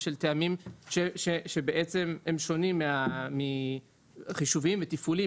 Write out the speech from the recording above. בשל טעמים חישוביים ותפעוליים,